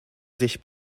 sich